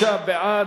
23 בעד,